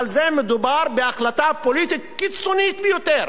אבל מדובר בהחלטה פוליטית קיצונית ביותר,